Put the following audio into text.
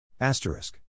asterisk